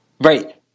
right